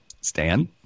Stan